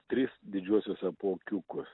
tris didžiuosius apuokiukus